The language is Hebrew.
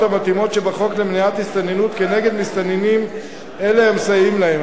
המתאימות שבחוק למניעת הסתננות כנגד מסתננים אלה והמסייעים להם.